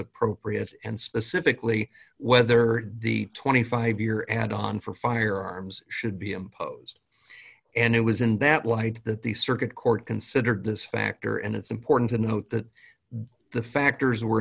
appropriate and specifically whether the twenty five year add on for firearms should be imposed and it was in that light that the circuit court considered this factor and it's important to note that the factors